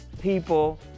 people